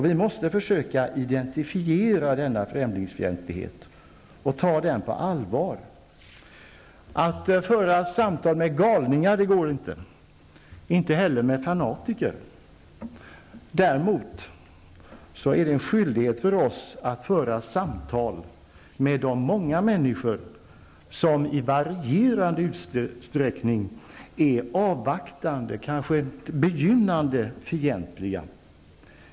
Vi måste försöka identifiera denna främlingsfientlighet och ta den på allvar. Det går inte att föra samtal med galningar, inte heller med fanatiker. Däremot är det en skyldighet för oss att föra samtal med de många människor som i varierande utsträckning är avvaktande och kanske begynnande fientliga.